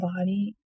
body